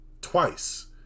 twice